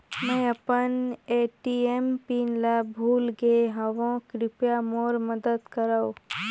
मैं अपन ATM pin ल भुला गे हवों, कृपया मोर मदद करव